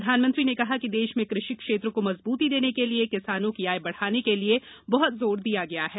प्रधानमंत्री ने कहा कि देश में कृषि क्षेत्र को मजबूती देने के लिए किसानों की आय बढ़ाने के लिए बहत जोर दिया गया है